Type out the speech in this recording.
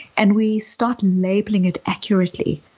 and we start labeling it accurately.